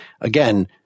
again